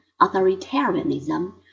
authoritarianism